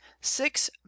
six